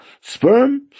sperm